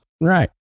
Right